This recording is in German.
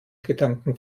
gedanken